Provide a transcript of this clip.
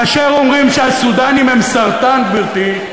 כאשר אומרים שהסודאנים הם סרטן, גברתי,